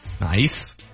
Nice